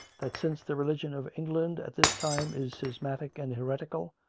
that since the religion of england at this time is schismatic and heretical,